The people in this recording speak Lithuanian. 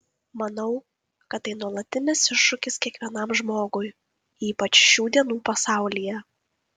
manau kad tai nuolatinis iššūkis kiekvienam žmogui ypač šių dienų pasaulyje